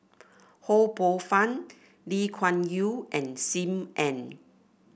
Ho Poh Fun Lee Kuan Yew and Sim Ann